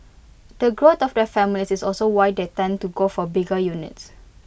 the growth of their families is also why they tend to go for bigger units